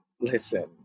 listen